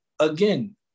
again